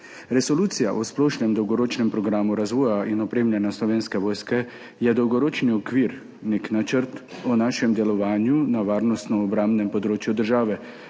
Resolucija o splošnem dolgoročnem programu razvoja in opremljanja Slovenske vojske je dolgoročni okvir, nek načrt o našem delovanju na varnostno obrambnem področju države.